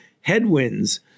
headwinds